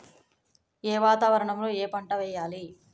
ఏ వాతావరణం లో ఏ పంట వెయ్యాలి?